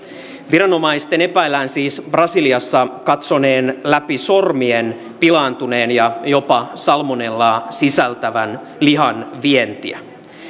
viranomaisten epäillään siis brasiliassa katsoneen läpi sormien pilaantuneen ja jopa salmonellaa sisältävän lihan vientiä